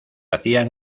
hacían